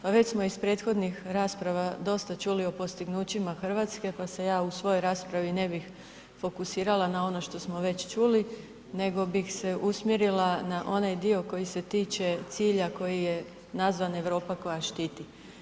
Pa već smo iz prethodnih rasprava dosta čuli o postignućima Hrvatske pa se ja u svojoj raspravi ne bih fokusirala na ono što smo već čuli nego bih se usmjerila na onaj dio koji se tiče cilja koji je nazvan Europa koja štiti.